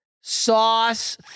sauce